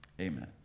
Amen